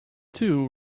two